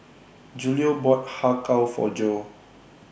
Julio bought Har Kow For Jo